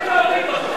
עוברים להצבעה.